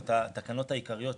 שינוי חקיקה לתקנות העיקריות.